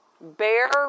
Bear